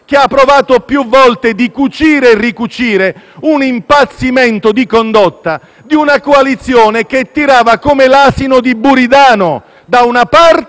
che ha provato più volte a cucire e ricucire un impazzimento di condotta di una coalizione che tirava come l'asino di Buridano, da una parte